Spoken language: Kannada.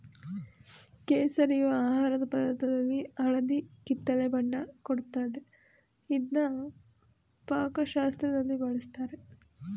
ಕೇಸರಿಯು ಆಹಾರ ಪದಾರ್ಥದಲ್ಲಿ ಹಳದಿ ಕಿತ್ತಳೆ ಬಣ್ಣ ಕೊಡ್ತದೆ ಇದ್ನ ಪಾಕಶಾಸ್ತ್ರದಲ್ಲಿ ಬಳುಸ್ತಾರೆ